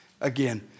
again